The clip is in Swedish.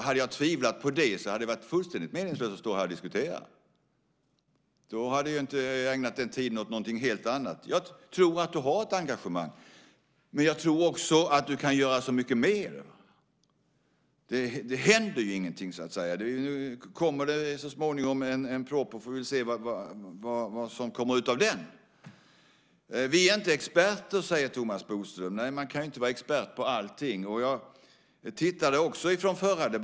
Hade jag tvivlat på det hade det varit fullständigt meningslöst att stå här och diskutera. Då hade jag ägnat den tiden åt någonting helt annat. Jag tror att du har ett engagemang. Men jag tror också att du kan göra så mycket mer. Det händer ju ingenting. Nu kommer ju så småningom en proposition, och vi får väl se vad som kommer ut av den. Vi är inte experter, säger Thomas Bodström. Nej, man kan ju inte vara expert på allting.